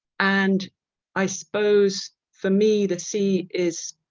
and i suppose for me the sea is